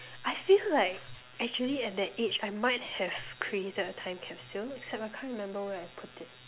I feel like actually at that age I might have created a time capsule except I can't remember where I put it